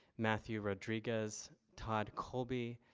matthew rodriguez, todd colby,